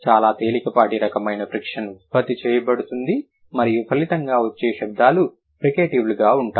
చాలా తేలికపాటి రకమైన ఫ్రిక్షన్ ఉత్పత్తి చేయబడుతుంది మరియు ఫలితంగా వచ్చే శబ్దాలు ఫ్రికేటివ్లుగా ఉంటాయి